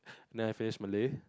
then I finish Malay